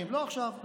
לא בעוד חודשיים,